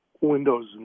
windows